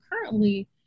currently